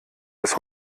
das